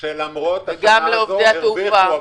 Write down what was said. יש בתי מלון שלמרות השעה, הרוויחו.